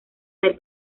del